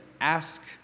ask